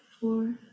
four